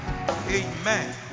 Amen